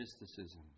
mysticism